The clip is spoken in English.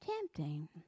tempting